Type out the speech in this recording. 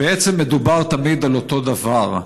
בעצם מדובר תמיד על אותו דבר.